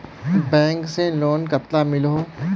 Bank से loan कतला मिलोहो?